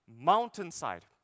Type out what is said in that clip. Mountainside